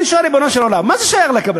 אני שואל: ריבונו של עולם, מה זה שייך לקבלן?